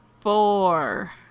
Four